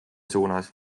suunas